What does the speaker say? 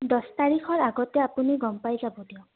দহ তাৰিখৰ আগতে আপুনি গম পাই যাব দিয়ক